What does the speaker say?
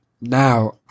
now